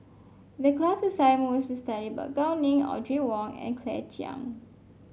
the class assignment was to study about Gao Ning Audrey Wong and Claire Chiang